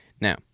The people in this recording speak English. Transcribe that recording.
Now